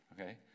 Okay